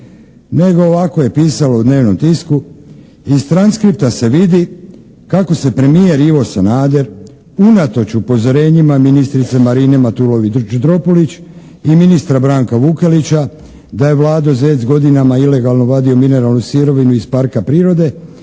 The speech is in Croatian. nego ovako je pisalo u dnevnom tisku: Iz transkripta se vidi kako se premijer Ivo Sanader unatoč upozorenjima ministrice Marine Matulović-Dropulić i ministra Branka Vukelića da je Vlado Zec godinama ilegalno vadio mineralnu sirovinu iz parka prirode